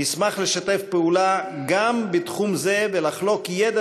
נשמח לשתף פעולה גם בתחום זה ולחלוק ידע